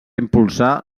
impulsar